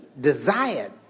desired